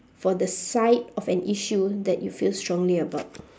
for the side of an issue that you feel strongly about